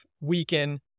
weaken